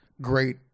great